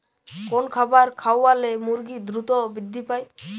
কোন খাবার খাওয়ালে মুরগি দ্রুত বৃদ্ধি পায়?